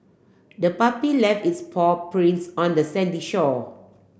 the puppy left its paw prints on the sandy shore